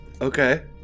Okay